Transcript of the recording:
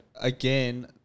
again